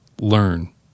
Learn